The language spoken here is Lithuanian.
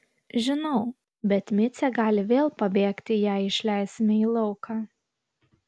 žinau bet micė gali vėl pabėgti jei išleisime į lauką